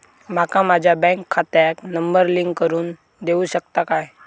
माका माझ्या बँक खात्याक नंबर लिंक करून देऊ शकता काय?